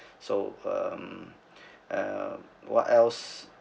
so um uh what else